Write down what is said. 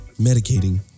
medicating